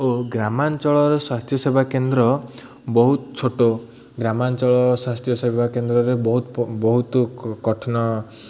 ଓ ଗ୍ରାମାଞ୍ଚଳର ସ୍ୱାସ୍ଥ୍ୟ ସେବା କେନ୍ଦ୍ର ବହୁତ ଛୋଟ ଗ୍ରାମାଞ୍ଚଳ ସ୍ୱାସ୍ଥ୍ୟ ସେବା କେନ୍ଦ୍ରରେ ବହୁତ ବହୁତ କଠିନ